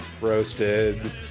Roasted